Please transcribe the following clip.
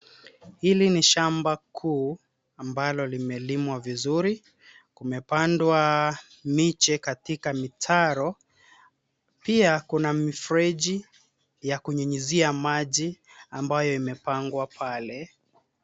Hili ni shamba kuu ambalo limelimwa vizuri. Kumepandwa miche katika mitaro. Pia kuna mifereji ya kunyunyizia maji, ambayo imepangwa pale.